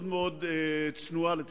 מאוד צנועה, לצערי,